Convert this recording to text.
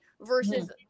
versus